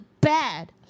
bad